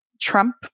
Trump